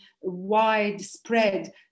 widespread